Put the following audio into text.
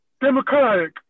Democratic